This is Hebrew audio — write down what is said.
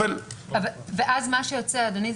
ואז מה שיוצא, אדוני,